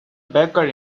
baker